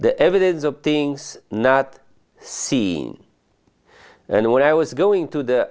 the evidence of things not seen and when i was going through the